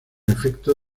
efecto